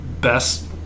best